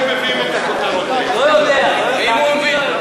מאיפה, מביאים אותה, לא יודע, לא יודע.